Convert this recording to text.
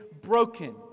broken